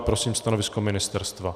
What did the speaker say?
Prosím stanovisko ministerstva.